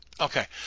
Okay